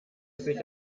sich